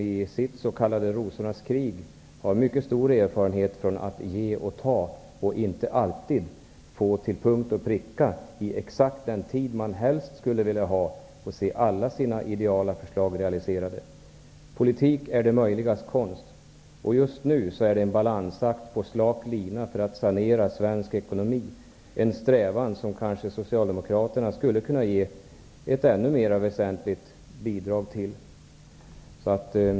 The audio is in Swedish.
I sitt s.k. rosornas krig har de mycket stor erfarenhet från att ge och ta och inte alltid till punkt och pricka vid exakt den tid man helst ville få se alla sina ideala förslag realiserade. Politik är det möjligas konst. Just nu är det en balansakt på slak linja för att sanera svensk ekonomi. Det är en strävan som kanske socialdemokraterna skulle kunna ge ett ännu mera väsentligt bidrag till.